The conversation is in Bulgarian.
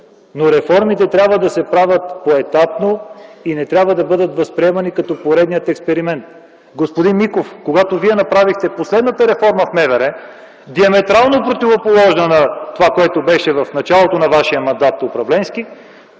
Но реформите трябва да се правят поетапно и не трябва да бъдат възприемани като поредния експеримент. Господин Миков, когато Вие направихте последната реформа в МВР диаметрално противоположна на това, което беше в началото на нашия управленски